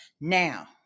Now